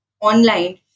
online